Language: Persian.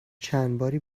چندباری